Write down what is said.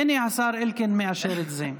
גם בתמיכת הממשלה.